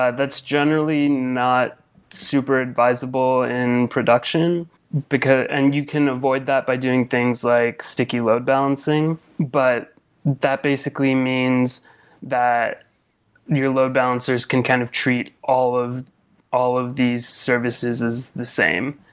ah that's generally not super advisable in production and you can avoid that by doing things like sticking load-balancing, but that basically means that your load balancers can kind of treat all of all of these services as the same.